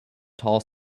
tall